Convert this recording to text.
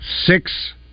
six